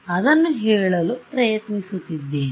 ಅದನ್ನು ಹೇಳಲು ಪ್ರಯತ್ನಿಸುತ್ತಿದ್ದೇನೆ